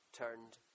turned